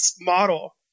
model